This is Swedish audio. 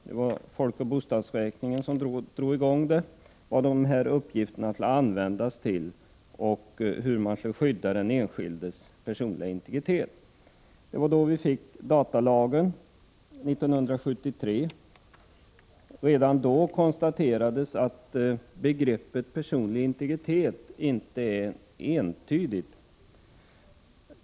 Det var folkoch bostadsräkningen som drog i gång diskussionen om vad uppgifterna skulle användas till och hur man skulle skydda den enskildes personliga integritet. Det var vid denna tidpunkt, närmare bestämt 1973, som datalagen stiftades. Redan då konstaterades att begreppet personlig integritet inte är entydigt.